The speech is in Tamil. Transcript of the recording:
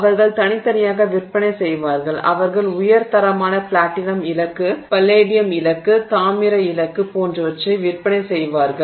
அவர்கள் தனித்தனியாக விற்பனை செய்வார்கள் அவர்கள் உயர் தரமான பிளாட்டினம் இலக்கு பல்லேடியம் இலக்கு தாமிர இலக்கு போன்றவற்றை விற்பனை செய்வார்கள்